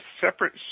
separate